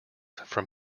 from